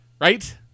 right